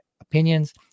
opinions